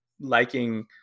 liking